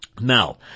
Now